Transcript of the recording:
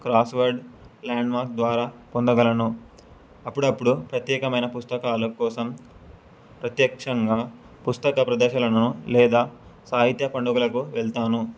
crossword Landmark ద్వారా పొందగలను అప్పుడప్పుడు ప్రత్యేకమైన పుస్తకాల కోసం ప్రత్యక్షంగా పుస్తక ప్రదర్శలను లేదా సాహిత్య పండుగలకు వెళ్తాను